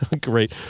Great